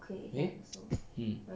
okay mm